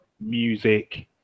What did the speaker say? music